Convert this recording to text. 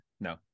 No